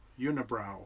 unibrow